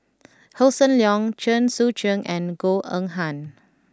Hossan Leong Chen Sucheng and Goh Eng Han